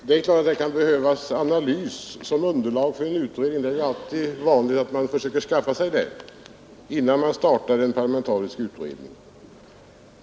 Herr talman! Det är klart att det kan behövas analys som underlag för en utredning. Det är ju alltid vanligt att man försöker skaffa sig det innan man startar en parlamentarisk utredning.